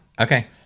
Okay